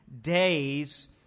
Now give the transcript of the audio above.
days